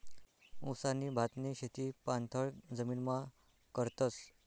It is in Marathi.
ऊस आणि भातनी शेती पाणथय जमीनमा करतस